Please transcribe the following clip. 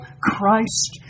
Christ